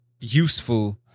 useful